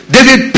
David